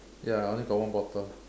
ya I only got one bottle